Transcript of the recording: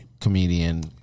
Comedian